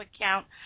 account